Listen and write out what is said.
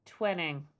Twinning